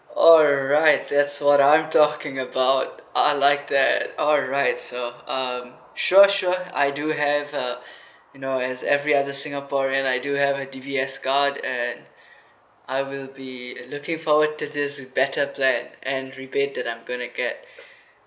alright that's what I'm talking about I like that alright so um sure sure I do have uh you know as every other singaporean I do have a D_B_S card and I will be uh looking forward to this better plan and rebate that I'm going to get